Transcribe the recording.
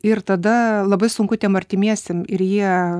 ir tada labai sunku tiem artimiesiem ir jie